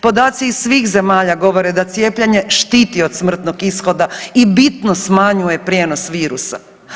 Podaci iz svih zemalja govore da cijepljenje štiti od smrtnog ishoda i bitno smanjuje prijenos virusa.